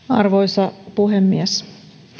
arvoisa puhemies